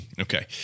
okay